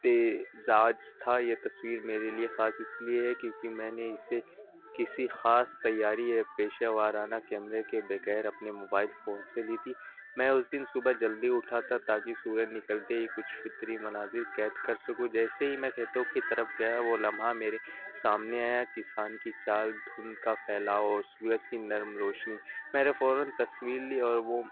اتزاج تھا یہ تصویر میرے لیے خاص اس لیے ہے کیونکہ میں نے اسے کسی خاص تیاری یا پیشہ ورانہ کیمرے کے بغیر اپنے موبائل فون سے لی تھی میں اس دن صبح جلدی اٹھا تھا تاکہ سورج نکلتے ہی کچھ فطری مناظر قید کر سکوں جیسے ہی میں کھیتوں کی طرف گیا وہ لمحہ میرے سامنے آیا کسان کی چال دھند کا پھیلاؤ اور سورج کی نرم روشنی میرے فوراً تصویر لی اور وہ